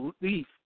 Belief